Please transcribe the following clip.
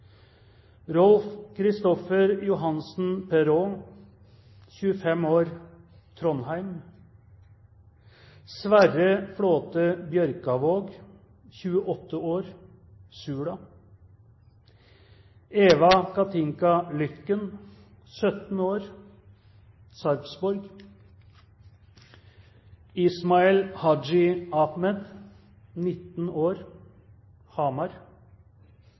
25 år, Trondheim Sverre Flåte Bjørkavåg, 28 år, Sula Eva Kathinka Lütken, 17 år, Sarpsborg Ismail Haji Ahmed, 19 år, Hamar